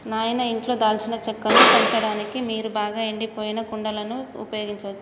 నాయిన ఇంట్లో దాల్చిన చెక్కను పెంచడానికి మీరు బాగా ఎండిపోయిన కుండలను ఉపయోగించచ్చు